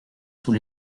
sous